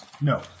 No